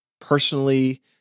personally